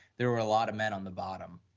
there were a lot of men on the bottom,